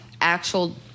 actual